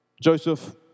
Joseph